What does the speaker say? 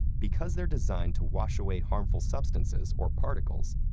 because they're designed to wash away harmful substances, or particles,